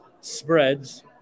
spreads